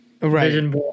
Right